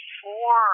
four